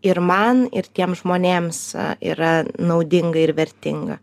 ir man ir tiems žmonėms yra naudinga ir vertinga